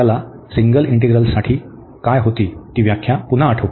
आपल्यास सिंगल इंटिग्रल्ससाठी काय होती ती व्याख्या पुन्हा आठवू